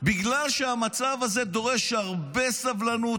בגלל שהמצב הזה דורש הרבה סבלנות,